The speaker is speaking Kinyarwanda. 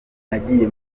nagiye